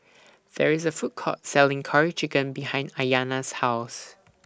There IS A Food Court Selling Curry Chicken behind Ayana's House